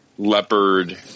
leopard